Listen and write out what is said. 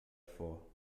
vor